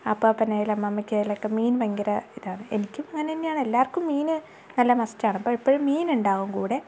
അപ്പാപ്പനായാലും അമ്മാമ്മക്കായാലും ഒക്കെ മീൻ ഭയങ്കര ഇതാണ് എനിക്കും അങ്ങനെ തന്നെയാണ് എല്ലാവർക്കും മീൻ നല്ല മസ്റ്റാണ് അപ്പം എപ്പോഴും മീൻ ഉണ്ടാവും കൂടെ